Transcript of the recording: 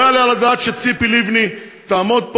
לא יעלה על הדעת שציפי לבני תעמוד פה,